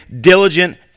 diligent